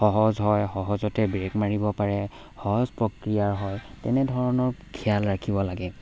সহজ হয় সহজতে ব্ৰেক মাৰিব পাৰে সহজ প্ৰক্ৰিয়াৰ হয় তেনেধৰণৰ খিয়াল ৰাখিব লাগে